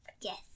Yes